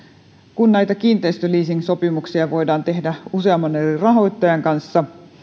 kun kiinteistöleasingsopimuksia voidaan tehdä useamman eri rahoittajan kanssa